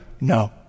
No